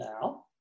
now